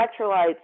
electrolytes